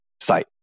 Site